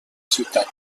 ciutat